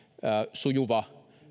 sujuva